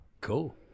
Cool